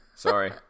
Sorry